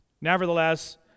Nevertheless